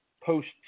Post